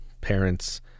parents